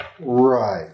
Right